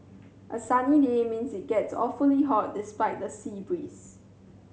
a sunny day means it gets awfully hot despite the sea breeze